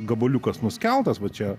gabaliukas nuskeltas va čia